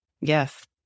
Yes